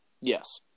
Yes